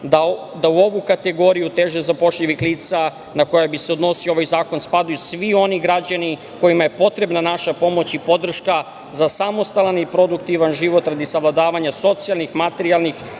da u ovu kategoriju teže zapošljivih lica na koje bi se odnosio ovaj zakon spadaju svi oni građani kojima je potrebna naša pomoć i podrška za samostalan i produktivan život radi savladavanja socijalnih, materijalnih